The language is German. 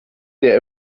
der